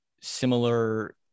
similar